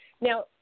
Now